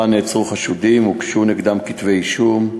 נעצרו חשודים והוגשו נגדם כתבי-אישום.